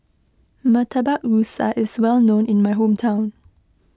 Murtabak Rusa is well known in my hometown